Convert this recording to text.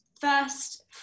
first